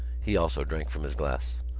he also drank from his glass.